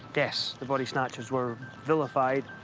yes, the bodysnatchers were vilified,